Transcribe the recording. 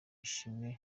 ishimwe